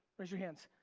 raise your hands.